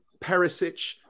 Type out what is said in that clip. Perisic